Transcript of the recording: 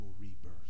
rebirth